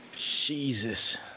Jesus